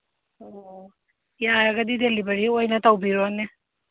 ꯑꯣ ꯌꯥꯔꯒꯗꯤ ꯗꯤꯂꯤꯚꯔꯤ ꯑꯣꯏꯅ ꯇꯧꯕꯤꯔꯛꯑꯣꯅꯦ